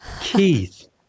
Keith